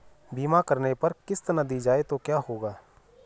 बीमा करने पर अगर किश्त ना दी जाये तो क्या होगा?